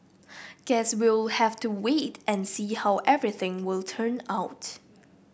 guess we'll have to wait and see how everything will turn out